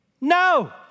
No